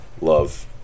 love